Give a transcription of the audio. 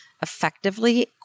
effectively